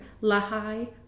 Lahai